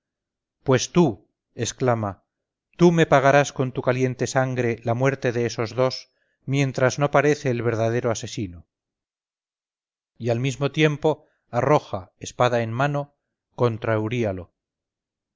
pues tú exclama tú me pagarás con tu caliente sangre la muerte de esos dos mientras no parece el verdadero asesino y al mismo tiempo arroja espada en mano